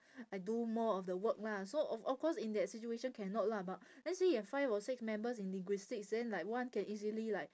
I do more of the work lah so of of course in that situation cannot lah but let's say you have five or six members in linguistics then like one can easily like